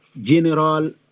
General